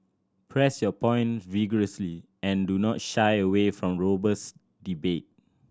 press your point vigorously and do not shy away from robust debate